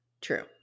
True